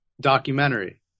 documentary